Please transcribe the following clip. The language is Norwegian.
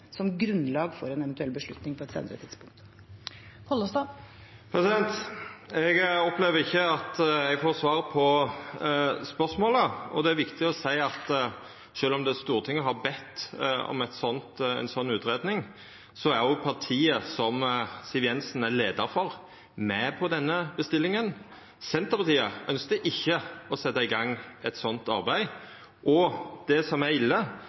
som grunnlag for en eventuell beslutning på et senere tidspunkt. Eg opplever ikkje at eg får svar på spørsmålet, og det er viktig å seia at sjølv om Stortinget har bedt om ei slik utgreiing, er jo partiet som Siv Jensen er leiar for, med på denne bestillinga. Senterpartiet ønskte ikkje å setja i gang et slikt arbeid, og det som er ille,